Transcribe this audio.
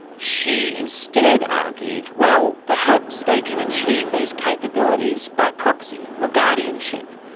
she instead argued well, perhaps they can achieve these capabilities by proxy or guardianship.